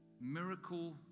miracle